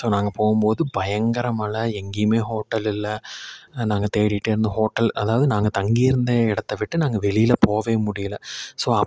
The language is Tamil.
நாங்கள் போகும் போது பயங்கர மழை எங்கேயும் ஹோட்டல் இல்லை நாங்கள் தேடிகிட்டே இருந்தோம் ஹோட்டல் அதாவது நாங்கள் தங்கி இருந்த இடத்த விட்டு நாங்கள் வெளியில் போகவே முடியல ஸோ